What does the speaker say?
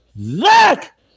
Zach